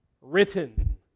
written